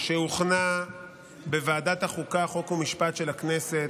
שהוכנה בוועדת החוקה, חוק ומשפט של הכנסת,